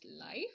life